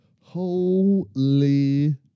Holy